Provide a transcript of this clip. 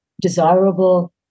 desirable